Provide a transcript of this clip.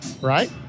Right